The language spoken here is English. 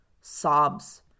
sobs